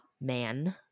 man